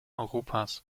europas